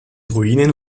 ruinen